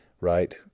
right